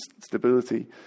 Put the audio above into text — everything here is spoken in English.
stability